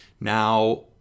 Now